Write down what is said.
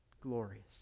glorious